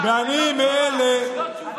זאת לא תשובה.